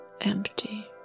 empty